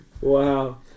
Wow